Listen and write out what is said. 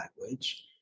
language